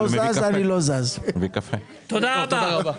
תודה רבה.